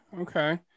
Okay